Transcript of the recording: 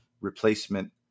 replacement